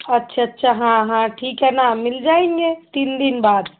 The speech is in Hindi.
अच्छा अच्छा हाँ हाँ ठीक है न मिल जाएंगे तीन दिन बाद